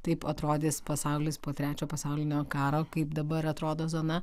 taip atrodys pasaulis po trečio pasaulinio karo kaip dabar atrodo zona